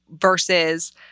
versus